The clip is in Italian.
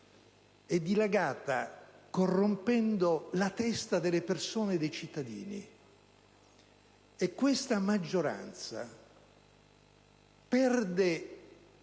e corrompendo la testa delle persone e dei cittadini. Questa maggioranza perde